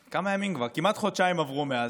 כמעט חודשיים עברו מאז,